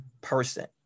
person